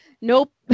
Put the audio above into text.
Nope